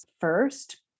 first